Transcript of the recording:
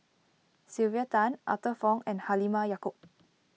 Sylvia Tan Arthur Fong and Halimah Yacob